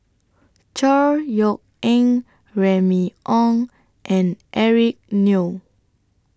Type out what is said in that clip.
Chor Yeok Eng Remy Ong and Eric Neo